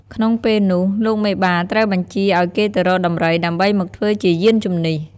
ក្នុងពេលនោះ លោកមេបាត្រូវបញ្ជាឲ្យគេទៅរកដំរី ដើម្បីមកធ្វើជាយានជំនិះ។